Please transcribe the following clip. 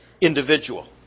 individual